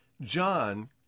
John